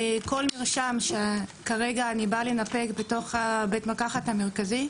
כל מרשם שכרגע אני באה לנפק בתוך בית המרקחת המרכזית,